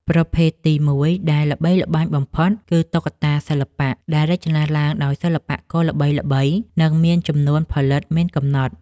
ប្រភេទទីមួយដែលល្បីល្បាញបំផុតគឺ តុក្កតាសិល្បៈ ដែលរចនាឡើងដោយសិល្បករល្បីៗ និងមានចំនួនផលិតមានកំណត់។